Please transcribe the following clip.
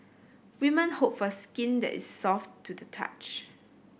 women hope for skin that is soft to the touch